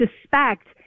suspect